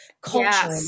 culture